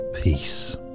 peace